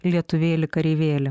lietuvėli kareivėli